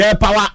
power